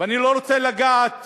ואני לא רוצה לגעת